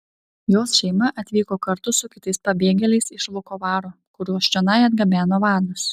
jos šeima atvyko kartu su kitais pabėgėliais iš vukovaro kuriuos čionai atgabeno vadas